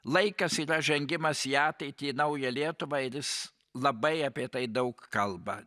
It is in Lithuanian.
laikas yra žengimas į ateitį į naują lietuvą ir jis labai apie tai daug kalba